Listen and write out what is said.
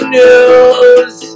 news